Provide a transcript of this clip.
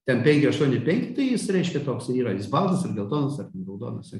ten penki aštuoni ir penki tai jis reiškia toks ir yra ar jis baltas ar geltonas ar ten raudonas